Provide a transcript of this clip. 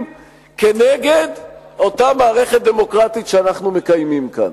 נגד אותה מערכת דמוקרטית שאנחנו מקיימים כאן.